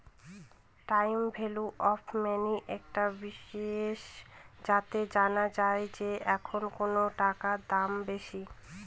time value of money একটা বিষয় যাতে জানা যায় যে এখন কোনো টাকার দাম বেশি